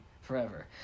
forever